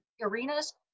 arenas